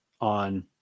on